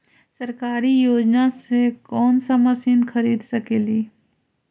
सरकारी योजना से कोन सा मशीन खरीद सकेली?